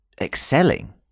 excelling